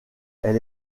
elle